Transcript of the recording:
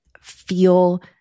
feel